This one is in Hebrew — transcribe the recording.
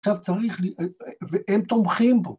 עכשיו צריך לי... ‫הם תומכים בו.